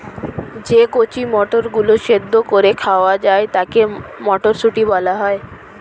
যে কচি মটরগুলো সেদ্ধ করে খাওয়া যায় তাকে মটরশুঁটি বলা হয়